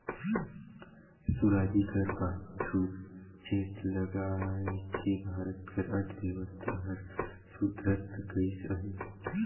सुराजी कर पाछू चेत लगाएके भारत कर अर्थबेवस्था हर सुधरत गइस अहे